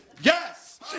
Yes